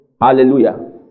Hallelujah